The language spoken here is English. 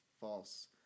false